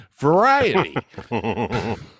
Variety